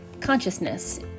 Consciousness